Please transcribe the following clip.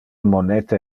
moneta